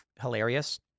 hilarious